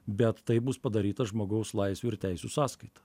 bet tai bus padaryta žmogaus laisvių ir teisių sąskaita